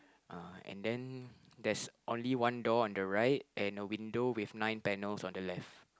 uh and then there's only one door on the right and a window with nine panels on the left